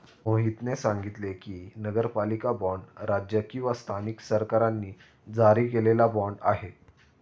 मोहितने सांगितले की, नगरपालिका बाँड राज्य किंवा स्थानिक सरकारांनी जारी केलेला बाँड आहे